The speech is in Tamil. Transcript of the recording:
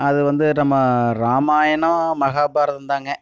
அது வந்து நம்ம ராமாயணம் மகாபாரதம்தாங்க